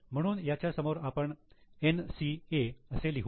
म्हणून याच्यासमोर आपण 'NCA' असे लिहू